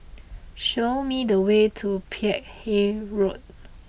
show me the way to Peck Hay Road